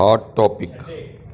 hot topic